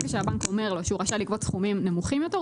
שהבנק אומר לו שהוא רשאי לגבות סכומים נמוכים יותר,